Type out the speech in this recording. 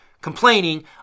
complaining